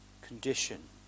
condition